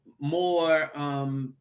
more